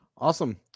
Awesome